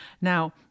Now